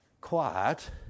quiet